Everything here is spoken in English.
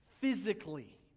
physically